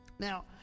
Now